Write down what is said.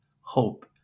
hope